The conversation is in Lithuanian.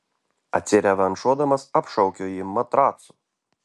atsirevanšuodamas apšaukiau jį matracu